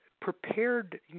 prepared